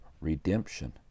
redemption